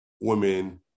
women